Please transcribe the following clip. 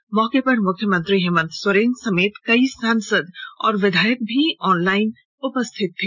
इस मौके पर मुख्यमंत्री हेमंत सोरेन समेत कई सांसद और विधायक भी ऑनलाइन उपस्थित थे